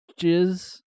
jizz-